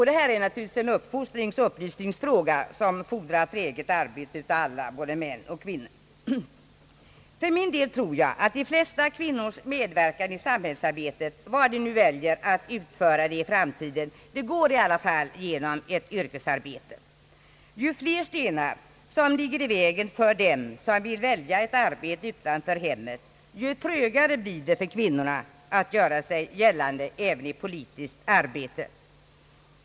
Detta är naturligtvis en uppfostringsoch upplysningsfråga, som fordrar ett träget arbete av alla, både män och kvinnor. För min del tror jag att de flesta kvinnors medverkan i samhällsarbete, var de än väljer att utföra det i framtiden, går i de flesta fall över ett yrkesarbete. Ju fler stenar som ligger i vägen för dem som vill välja ett arbete utanför hemmet, ju trögare blir det för kvinnorna att göra sig gällande även i politiskt arbete.